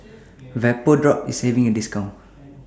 Vapodrops IS having A discount